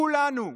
כולנו,